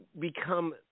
become –